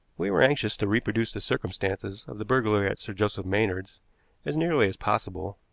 we were anxious to reproduce the circumstances of the burglary at sir joseph maynard's as nearly as possible,